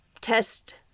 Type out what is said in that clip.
test